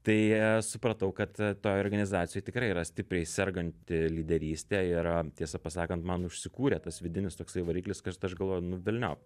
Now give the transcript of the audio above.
tai supratau kad toj organizacijoj tikrai yra stipriai serganti lyderystė ir tiesą pasakant man užsikūrė tas vidinis toksai variklis kad aš galvoju nu velniop